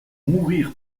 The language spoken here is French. mourir